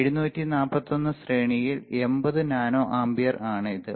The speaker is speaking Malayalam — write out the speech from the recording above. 741ശ്രേണിൽ 80 നാനോ ആമ്പിയർ ആണ് ഇത്